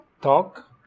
talk